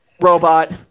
robot